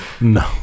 No